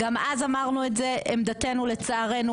אבל עמדתנו, לצערנו,